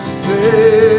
say